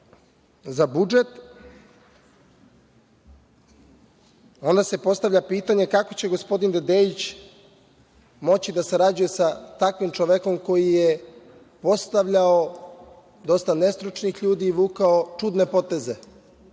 za budžet, onda se postavlja pitanje kako će gospodin Dedeić moći da sarađuje sa takvim čovekom koji je postavljao dosta nestručnih ljudi i vukao čudne poteze